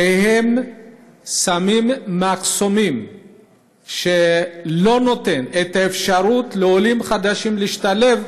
ששמים מחסומים שלא נותנים אפשרות לעולים חדשים להשתלב,